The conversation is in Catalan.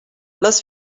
les